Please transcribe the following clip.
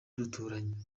duturanye